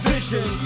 Vision